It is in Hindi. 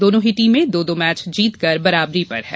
दोनों ही टीमें दो दो मैच जीत कर बराबरी पर हैं